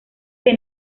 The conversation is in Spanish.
que